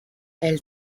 elle